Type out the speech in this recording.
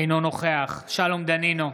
אינו נוכח שלום דנינו,